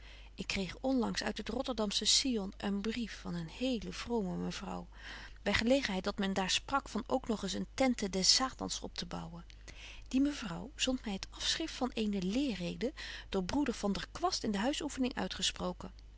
ik kreeg onlangs uit het rotterdamsche sion een brief van eene hele vrome mevrouw by gelegenheid dat men daar sprak van ook nog eens een tente des satans optebouwen die mevrouw zondt my het afschrift van eene leerreden door broeder vander kwast in de huisoeffening uitgesproken